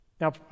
Now